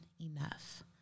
enough